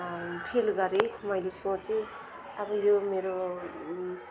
feel गरेँ मैले सोचेँ अब यो मेरो